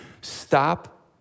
Stop